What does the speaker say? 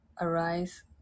arise